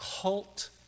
cult